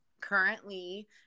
currently